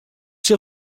sil